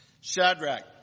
Shadrach